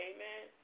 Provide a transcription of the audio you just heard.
Amen